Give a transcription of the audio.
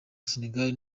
senegal